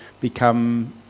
become